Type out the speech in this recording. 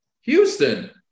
Houston